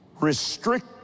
restrict